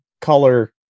color